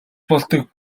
болдог